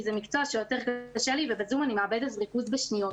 כי זה מקצוע שיותר קשה לי ובזום אני מאבדת ריכוז בשניות.